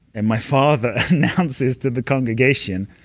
and my father announces to the congregation,